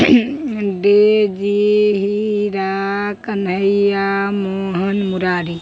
Daisy Heera Kanhaiya Mohan Murari